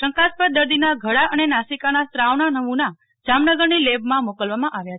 શંકાસ્પદ દર્દીના ગળા અને નાસિકાના સ્ત્રાવના નમુના જામનગરની લેબમાં મોકલવામાં આવ્યા છે